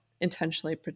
intentionally